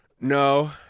No